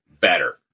better